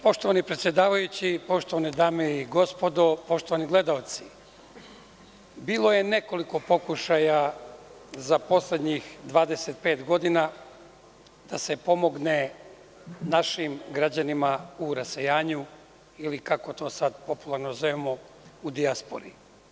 Poštovani predsedavajući, poštovane dame i gospodo, poštovani gledaoci, bilo je nekoliko pokušaja za poslednjih 25 godina da se pomogne našim građanima u rasejanju ili, kako to sad popularno zovemo, u dijaspori.